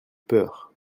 peur